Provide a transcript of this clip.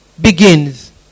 begins